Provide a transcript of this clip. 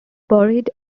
buried